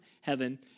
heaven